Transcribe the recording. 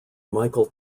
michael